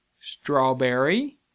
strawberry